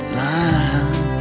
line